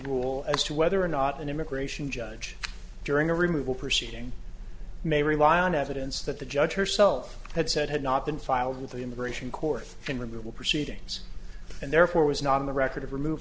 rule as to whether or not an immigration judge during the removal proceeding may rely on evidence that the judge herself had said had not been filed with the immigration court in removal proceedings and therefore was not on the record of remov